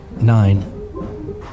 Nine